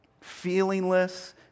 feelingless